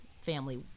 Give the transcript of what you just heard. family